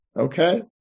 Okay